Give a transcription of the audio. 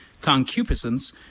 concupiscence